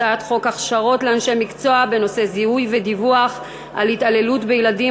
הצעת חוק הכשרות לאנשי מקצוע בנושא זיהוי ודיווח על התעללות בילדים,